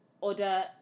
order